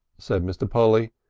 said mr. polly.